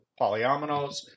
polyominoes